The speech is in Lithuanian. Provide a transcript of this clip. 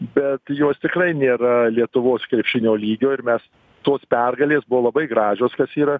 bet jos tikrai nėra lietuvos krepšinio lygio ir mes tos pergalės buvo labai gražios kas yra